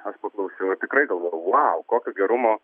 aš paklausiau ir tikrai galvojau vau kokio gerumo